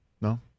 No